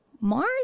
mars